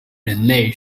人类